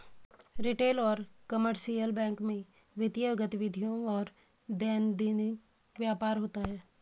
retail और commercial bank में वित्तीय गतिविधियों और दैनंदिन व्यापार होता है